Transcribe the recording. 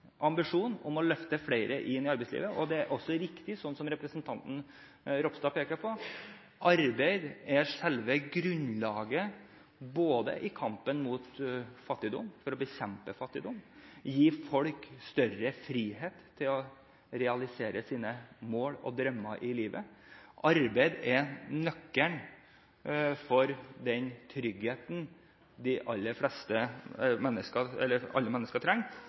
om å løfte flere inn i arbeidslivet. Det er også riktig det som representanten Ropstad peker på: Arbeid er selve grunnlaget for både å bekjempe fattigdom og å gi folk større frihet til å realisere sine mål og drømmer i livet. Arbeid er nøkkelen til den tryggheten